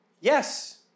yes